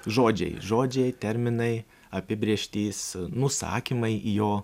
žodžiai žodžiai terminai apibrėžtys nusakymai jo